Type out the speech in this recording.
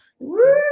Woo